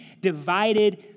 divided